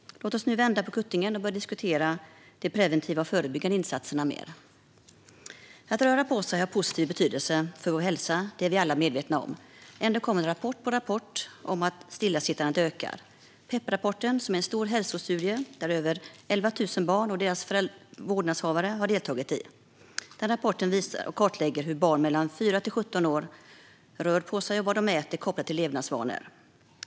Låt oss nu vända på kuttingen och börja diskutera de preventiva och förebyggande insatserna mer. Att röra på sig är positivt för vår hälsa, det är vi alla medvetna om. Ändå kommer rapport på rapport om att stillasittandet ökar. Pep-rapporten, som är en stor hälsostudie där över 11 000 barn och deras vårdnadshavare har deltagit, har kartlagt hur barn 4-17 år rör på sig och vad de äter kopplat till levnadsvanor.